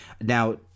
Now